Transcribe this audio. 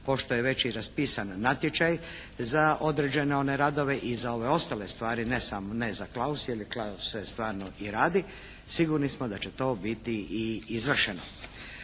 pošto je već i raspisan natječaj za određene one radove i za ove ostale stvari, ne samo za Klaus jer Klasu se stvarno i radi. Sigurni smo da će to biti i izvršeno.